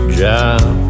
job